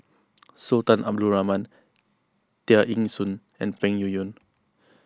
Sultan Abdul Rahman Tear Ee Soon and Peng Yuyun